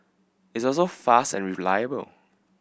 it's also fast and reliable